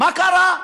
מה קרה?